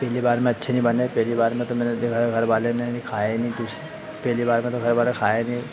पहली बार में अच्छे नहीं बने पहली बार तो मैंने देखा घर वाले ने खाए नहीं कुछ पहली बार में तो घर वाले खाए नहीं